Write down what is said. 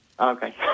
okay